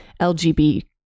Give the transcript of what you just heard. LGBT